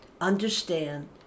understand